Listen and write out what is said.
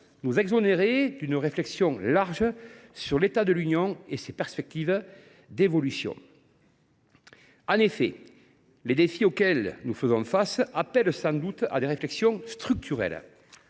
nous exonérer d’une réflexion large sur l’état de l’Union européenne et ses perspectives d’évolution. En effet, les défis auxquels nous faisons face appellent sans doute des réflexions structurelles